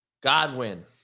Godwin